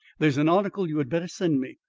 there's an article you had better send me.